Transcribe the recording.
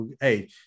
Hey